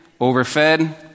overfed